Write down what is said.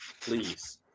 please